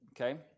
Okay